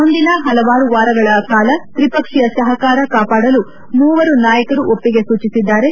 ಮುಂದಿನ ಪಲವಾರು ವಾರಗಳ ಕಾಲ ತ್ರಿಪಕ್ಷೀಯ ಸಹಕಾರ ಕಾಪಾಡಲು ಮೂವರೂ ನಾಯಕರು ಒಪ್ಪಿಗೆ ಸೂಚಿಸಿದ್ದಾರೆ